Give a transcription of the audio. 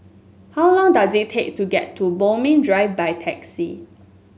how long does it take to get to Bodmin Drive by taxi